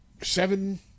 seven